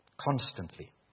constantly